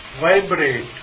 vibrate